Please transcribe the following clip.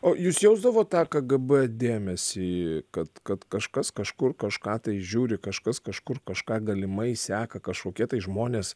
o jūs jausdavot tą kgb dėmesį kad kad kažkas kažkur kažką tai žiūri kažkas kažkur kažką galimai seka kažkokie tai žmonės